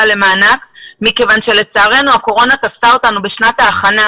למענק מכיוון שלצערנו הקורונה תפסה אותנו בשנת ההכנה.